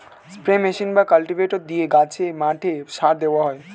spray machine বা cultivator দিয়ে গাছে, মাঠে সার দেওয়া হয়